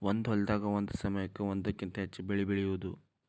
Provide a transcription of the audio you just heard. ಒಂದ ಹೊಲದಾಗ ಒಂದ ಸಮಯಕ್ಕ ಒಂದಕ್ಕಿಂತ ಹೆಚ್ಚ ಬೆಳಿ ಬೆಳಿಯುದು